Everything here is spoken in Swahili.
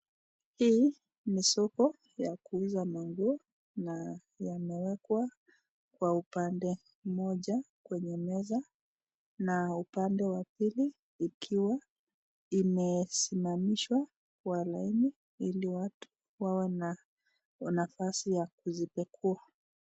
Hii ni soko ya kuuza manguo na yamewekwa kwa upande mmoja kwenye meza na upande wa pili ikiwa imesimamishwa kwa laini ili watu wawe na nafasi ya kuzipekua.